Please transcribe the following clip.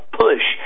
push